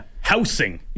housing